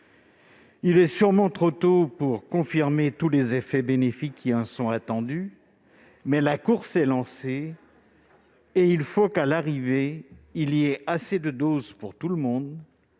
Il est sûrement trop tôt pour confirmer tous les effets bénéfiques qui en sont attendus, mais la course est lancée ; il faut qu'à l'arrivée il y ait assez de doses pour tout le monde,